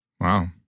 Wow